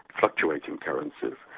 fluctuating currencies,